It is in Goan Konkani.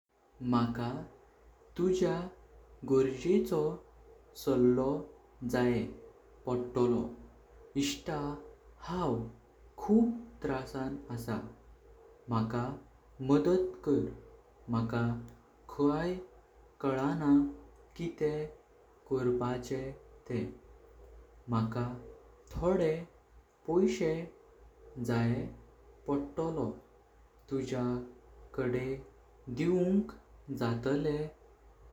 मका तुज्या गोरजेको साल्लो जाये पडतोलो। इष्ट हांव खूप त्रासां आसा मका मदत कर मका कय कळना किते कोरपाचे। तेह मका थोड़े पैशें जाये पडतोलो तुज्या कडे दिउंका जाताले?